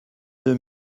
deux